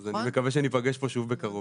אז אני מקווה שניפגש פה שוב בקרוב.